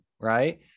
Right